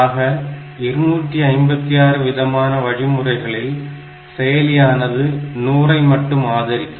ஆக 256 விதமான வழிமுறைகளில் செயலியானது 100 ஐ மட்டும் ஆதரிக்கும்